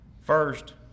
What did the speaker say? First